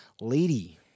lady